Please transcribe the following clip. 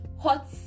hot